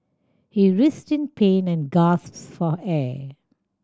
he writhed in pain and for air